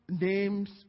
names